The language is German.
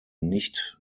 nicht